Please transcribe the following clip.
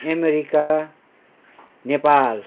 America Nepal